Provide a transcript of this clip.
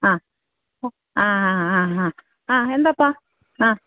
ആ ആ ആ ആ എന്താപ്പാ ആ